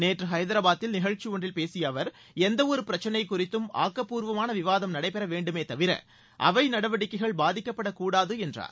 நேற்று ஹைதராபாதில் நிகழக்சி ஒன்றில் பேசிய அவர் எந்த ஒரு பிரச்னை குறித்தும் ஆக்கப்பூர்வமான விவாதம் நடைபெற வேண்டுமே தவிர அவை நடவடிக்கைகள் பாதிக்கப்படக் கூடாது என்றார்